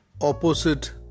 opposite